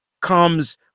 comes